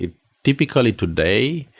typically today,